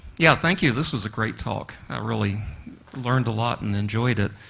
yeah, thank you. this was a great talk. i really learned a lot and enjoyed it.